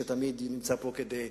שתמיד נמצא פה כדי,